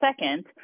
second